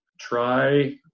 try